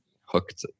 hooked